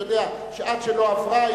יודע שעד שלא עברה,